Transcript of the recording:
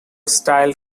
style